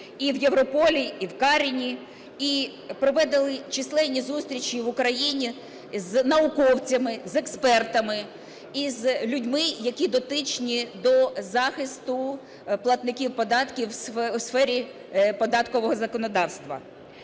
в Європолі, і в СARIN, і проводили численні зустрічі в Україні з науковцями, з експертами, із людьми, які дотичні до захисту платників податків у сфері податкового законодавства.